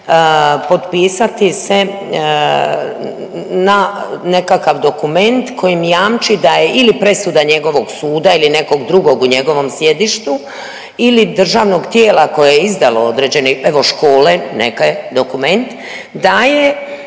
potpisati se na nekakav dokument kojim jamči da je ili presuda njegovog suda ili nekog drugog u njegovom sjedištu ili državnog tijela koje je izdalo određeni, evo škole, neki dokument, da je